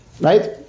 right